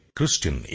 Christian